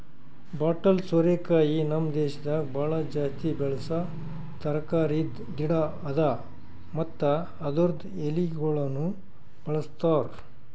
bottle ಸೋರೆಕಾಯಿ ನಮ್ ದೇಶದಾಗ್ ಭಾಳ ಜಾಸ್ತಿ ಬೆಳಸಾ ತರಕಾರಿದ್ ಗಿಡ ಅದಾ ಮತ್ತ ಅದುರ್ದು ಎಳಿಗೊಳನು ಬಳ್ಸತಾರ್